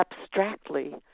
abstractly